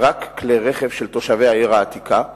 רק כלי רכב של תושבי העיר העתיקה וסוחרים,